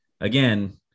again